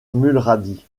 mulrady